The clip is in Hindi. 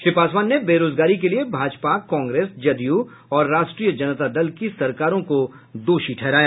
श्री पासवान ने बेरोजगारी के लिये भाजपा कांग्रेस जदयू और राष्ट्रीय जनता दल की सरकारों को दोषी ठहराया